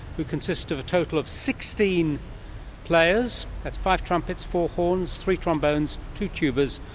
who consist of a total of sixteen players, that's five trumpets, four horns, three trombones, two tubas,